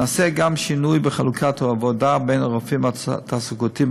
נעשה גם שינוי בחלוקת העבודה בין הרופאים התעסוקתיים